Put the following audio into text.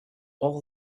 all